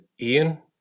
Ian